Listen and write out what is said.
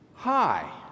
Hi